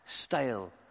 stale